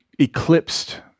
eclipsed